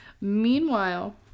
Meanwhile